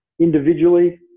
individually